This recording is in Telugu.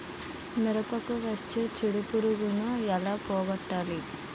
మిరపకు వచ్చే చిడపురుగును ఏల పోగొట్టాలి?